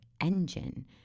engine